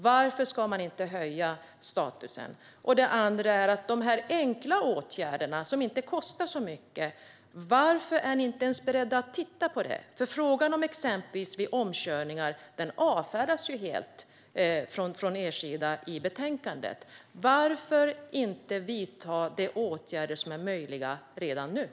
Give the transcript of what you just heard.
Varför ska man inte höja statusen? Jag har ytterligare en fråga, och den gäller de enkla åtgärder som inte kostar så mycket. Varför är ni inte ens beredda att titta på det här? Frågan om exempelvis omkörningar avfärdar ni helt i betänkandet. Varför vidtas inte de åtgärder som redan nu är möjliga?